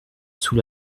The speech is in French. sous